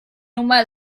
nummer